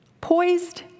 poised